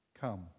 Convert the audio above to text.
come